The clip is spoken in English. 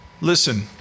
Listen